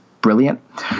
brilliant